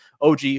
OG